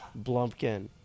Blumpkin